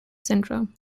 syndrome